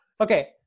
Okay